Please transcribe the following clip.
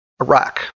Iraq